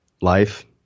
life